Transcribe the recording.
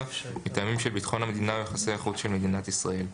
מטעמים של ביטחון המדינה או יחסי החוץ של מדינת ישראל.